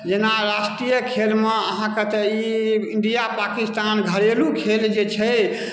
जेना राष्ट्रीय खेलमे अहाँके ई इण्डिया पाकिस्तान घरेलु खेल जे छै